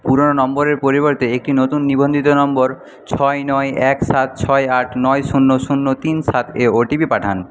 পুরনো নম্বরের পরিবর্তে একটি নতুন নিবন্ধিত নম্বর ছয় নয় এক সাত ছয় আট নয় শূন্য শূন্য তিন সাতে ওটিপি পাঠান